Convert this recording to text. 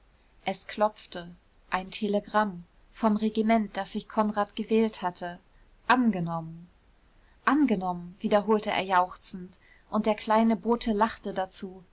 es klopfte ein telegramm vom regiment das sich konrad gewählt hatte angenommen angenommen wiederholte er jauchzend und der kleine bote lachte dazu